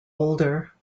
older